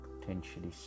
potentially